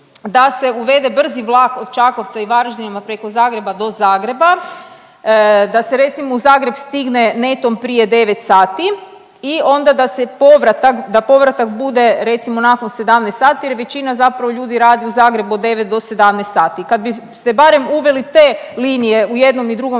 da se uvede brzi vlak od Čakovca i Varaždina preko Zagreba do Zagreba, da se recimo, u Zagreb stigne, netom prije 9 sati i onda da se povratak, da povratak bude, recimo nakon 17 sati jer većina zapravo ljudi radi u Zagrebu od 9 do 17 sati. Kad biste barem uveli te linije u jednom i drugom